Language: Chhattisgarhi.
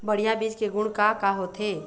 बढ़िया बीज के गुण का का होथे?